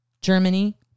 Germany